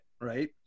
right